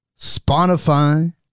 Spotify